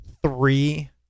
three